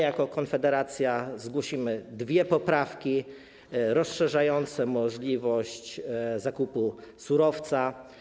Jako Konfederacja zgłosimy dwie poprawki rozszerzające możliwość zakupu surowca.